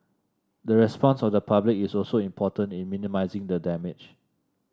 the response of the public is also important in minimising the damage